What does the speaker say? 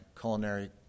culinary